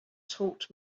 taught